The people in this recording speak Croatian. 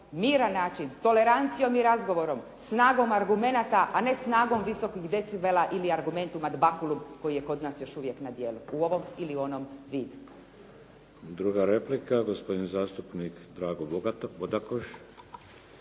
miran način, tolerancijom i razgovorom, snagom argumenata a ne snagom visokih decibela ili "argumentum ad baculum" koji je kod nas još uvijek na djelu u ovom ili onom vidu. **Šeks, Vladimir (HDZ)** Druga replika gospodin zastupnik Drago Bodakoš.